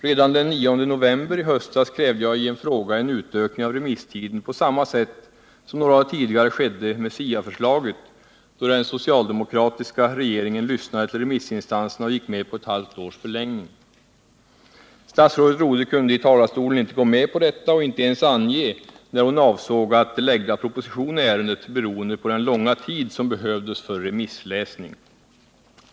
Redan den 9 november i höstas krävde jag i en fråga en utökning av remisstiden på samma sätt som några år tidigare skedde med SIA-förslaget, då den socialdemokratiska regeringen lyssnade till remissinstanserna och gick med på ett halvt års förlängning. Statsrådet Rodhe kunde i talarstolen inte gå med på detta och inte ens ange när hon avsåg att framlägga proposition i ärendet beroende på den långa tid som behövdes för remissläsning.